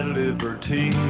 liberty